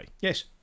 Yes